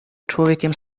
człowiekiem